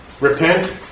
Repent